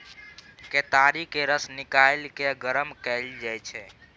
केतारीक रस निकालि केँ गरम कएल जाइ छै